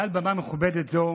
מעל במה מכובדת זו